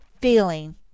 feeling